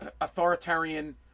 authoritarian